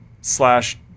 slash